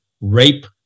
rape